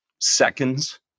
Seconds